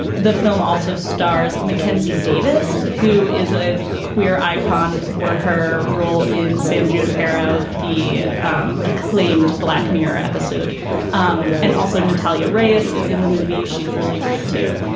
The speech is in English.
the film also stars mackenzie davis who is a queer icon for her role in san junipero the um acclaimed black mirror episode um and also natalia reyes is in the movie. she's really great too.